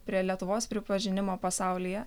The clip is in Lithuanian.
prie lietuvos pripažinimo pasaulyje